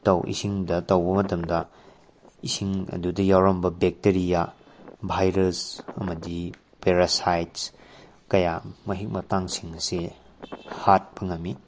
ꯏꯁꯤꯡꯗ ꯇꯧꯕ ꯃꯇꯝꯗ ꯏꯁꯤꯡ ꯑꯗꯨꯗ ꯌꯥꯎꯔꯝꯕ ꯕꯦꯛꯇꯔꯤꯌꯥ ꯚꯥꯏꯔꯁ ꯑꯃꯗꯤ ꯄꯦꯔꯥꯁꯥꯏꯠꯁ ꯀꯌꯥ ꯃꯍꯤꯛ ꯃꯇꯥꯡꯁꯤꯡ ꯑꯁꯦ ꯍꯠꯄ ꯉꯝꯃꯤ